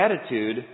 attitude